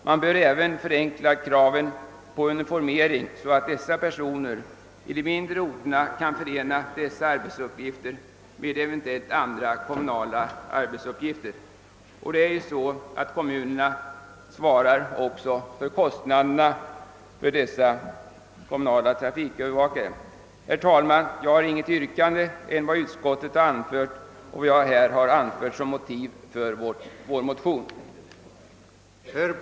Man bör även förenkla uniformeringen för övervakarna så att dessa personer i de mindre orterna kan förena dessa arbetsuppgifter med eventuellt andra kommunala arbetsuppgifter. Kommunerna svarar för kostnaderna för dessa kommunala trafikövervakare. Herr talman! Jag har inget annat yrkande än utskottets men har velat belysa motiven för motionerna.